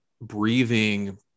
breathing